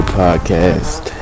podcast